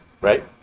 right